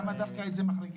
למה דווקא את זה מחריגים?